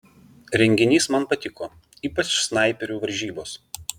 renginys man patiko ypač snaiperių varžybos